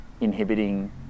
inhibiting